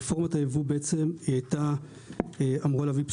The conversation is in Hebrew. רפורמת הייבוא הייתה אמורה להביא בשורה.